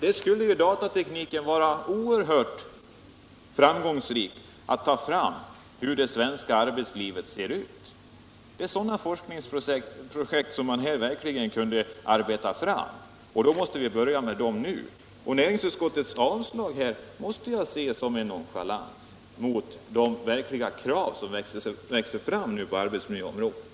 Här skulle det vara oerhört värdefullt om man med hjälp av datatekniken kunde ta fram hur det svenska arbetslivet ser ut. Det är sådana forskningsprojekt som man verkligen skulle kunna arbeta med, och då är det viktigt att vi börjar med dem nu. Näringsutskottets avslag måste jag därför se som en nonchalans mot de verkliga krav som nu växer fram på arbetsmiljöområdet.